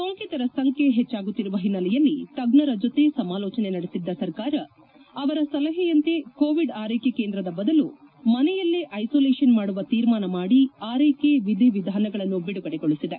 ಸೋಂಕಿತರ ಸಂಖ್ಯೆ ಹೆಚ್ಚಾಗುತ್ತಿರುವ ಹಿನ್ನೆಲೆಯಲ್ಲಿ ತಜ್ಞರ ಜೊತೆ ಸಮಾಲೋಚನೆ ನಡೆಸಿದ್ದ ಸರ್ಕಾರ ಅವರ ಸಲಹೆಯಂತೆ ಕೋವಿಡ್ ಆರ್ಲೆಕೆ ಕೇಂದ್ರದ ಬದಲು ಮನೆಯಲ್ಲೇ ಐಸೋಲೇಶನ್ ಮಾಡುವ ತೀರ್ಮಾನ ಮಾಡಿ ಆರೈಕೆ ವಿಧಿ ವಿಧಾನಗಳನ್ನು ಬಿಡುಗಡೆಗೊಳಿಸಿದೆ